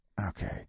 Okay